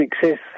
success